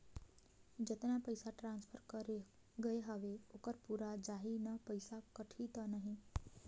जतना पइसा ट्रांसफर करे गये हवे ओकर पूरा जाही न पइसा कटही तो नहीं?